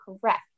correct